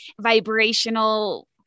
vibrational